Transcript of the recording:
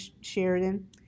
Sheridan